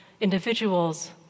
individuals